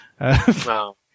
Wow